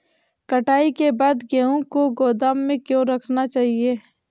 कटाई के बाद गेहूँ को गोदाम में क्यो रखना चाहिए?